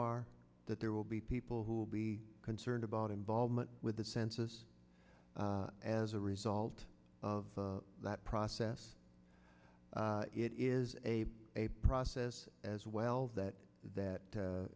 are that there will be people who will be concerned about involvement with the census as a result of that process it is a process as well that that